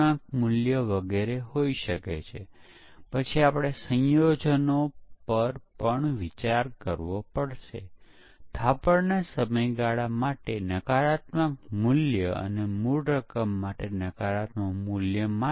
આખા ચક્રમાં તેઓ એકમ પરીક્ષણને વ્યાખ્યાયિત કરે છે એકીકરણ પરીક્ષણને વ્યાખ્યાયિત કરે છે અને ઉપયોગિતા પરીક્ષણને નિર્ધારિત કરે છે વપરાશકર્તા સ્વીકૃતિ પરીક્ષણને વ્યાખ્યાયિત કરે છે